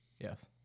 Yes